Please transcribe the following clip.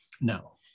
no